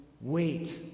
wait